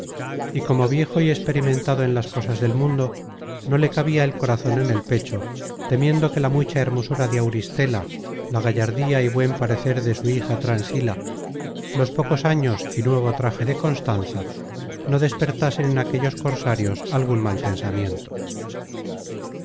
y como viejo y experimentado en las cosas del mundo no le cabia el corazon en el pecho temiendo que la mucha hermosura de auristela la gallardía content from google book search generated at um y buen parecer de su hija transila los pocos años y nuevo traje de constanza no despertasen en aquellos cosarios algun mal pensamiento